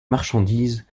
marchandises